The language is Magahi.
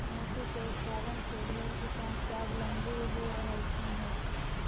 मोती के उत्पादन से ढेर किसान स्वाबलंबी हो रहलथीन हे